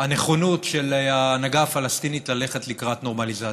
הנכונות של ההנהגה הפלסטינית ללכת לקראת נורמליזציה.